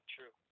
True